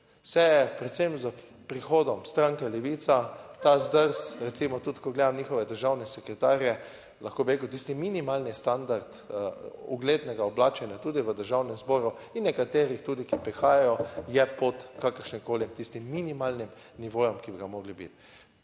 se je, predvsem s prihodom stranke Levica. Ta zdrs, recimo tudi, ko gledam njihove državne sekretarje, lahko bi rekel tisti minimalni standard uglednega oblačenja tudi v Državnem zboru in nekaterih tudi, ki prihajajo, je pod kakršnimkoli tistim, minimalnim nivojem, ki bi ga morali biti.